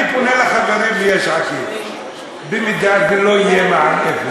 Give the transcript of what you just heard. אני פונה לחברים מיש עתיד: אם לא יהיה מע"מ אפס,